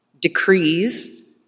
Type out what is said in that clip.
decrees